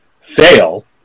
FAIL